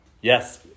Yes